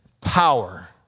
power